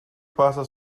passa